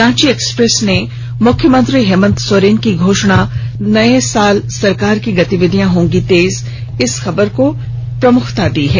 Ranchi express ने मुख्यमंत्री हेमंत सोरेन की घोषणा नये साल सरकार की गतिविधियां होंगी तेज को पहली खबर बनाया है